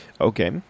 Okay